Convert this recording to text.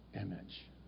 image